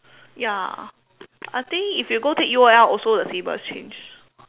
ya I think if you go to U_O_L also the syllabus change